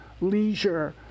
leisure